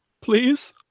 Please